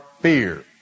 fear